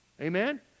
Amen